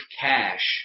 cash